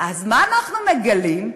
ואז מה אנחנו מגלים?